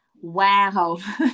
wow